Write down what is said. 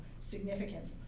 significance